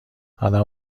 ادب